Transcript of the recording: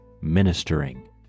ministering